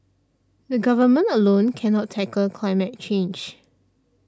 the Government alone cannot tackle climate change